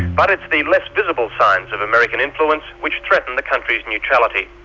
but it's the less visible signs of american influence which threaten the country's neutrality.